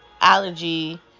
allergy